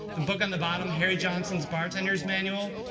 the book on the bottom, harry johnson's bartender's manual.